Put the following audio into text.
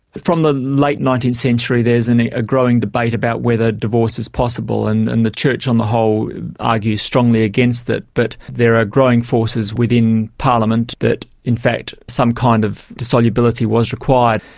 from the late nineteenth century there's and a ah growing debate about whether divorce is possible and and the church on the whole argues strongly against it, but there are growing forces within parliament that in fact some kind of dissolubility was required.